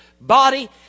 body